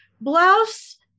blouse